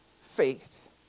faith